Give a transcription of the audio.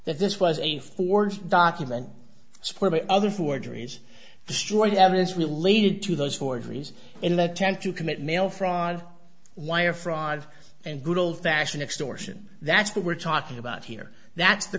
that this was a forged document split other forgeries destroyed evidence related to those forgeries in attempt to commit mail fraud wire fraud and good old fashioned extortion that's what we're talking about here that's the